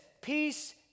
peace